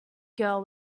girl